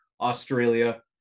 Australia